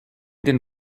den